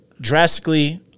drastically